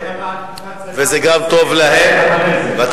זה בדיוק מה שקרה בתקופת סדאם חוסיין ואחרי זה.